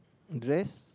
dress